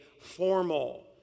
formal